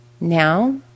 Now